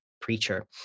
preacher